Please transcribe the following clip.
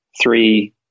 three